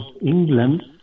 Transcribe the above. England